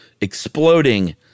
exploding